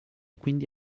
quindi